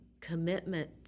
commitment